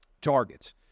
targets